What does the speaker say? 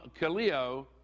kaleo